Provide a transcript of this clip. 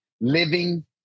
living